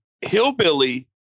hillbilly